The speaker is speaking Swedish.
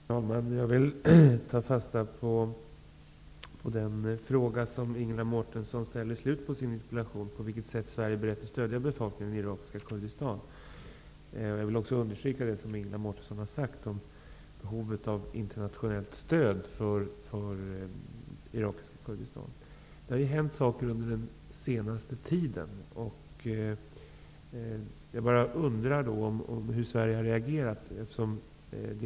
Herr talman! Jag vill ta fasta på den fråga som Ingela Mårtensson ställde i slutet på sin interpellation om på vilket sett Sverige är berett att stödja befolkningen i irakiska Kurdistan. Jag vill också understryka det hon sagt om behovet om internationellt stöd för irakiska Kurdistan. Det har hänt saker under den senaste tiden, och jag undrar hur Sverige har reagerat.